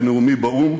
בנאומי באו"ם,